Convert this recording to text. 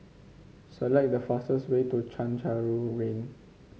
select the fastest way to Chencharu Lane